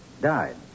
died